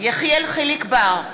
יחיאל חיליק בר,